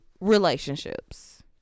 relationships